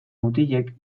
mutilek